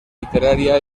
literaria